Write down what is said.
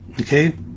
Okay